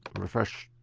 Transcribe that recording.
refresh.